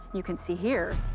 you can see here,